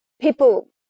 people